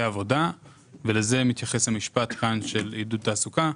עבודה ולזה מתייחס המשפט כאן של עידוד תעסוקה,